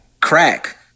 crack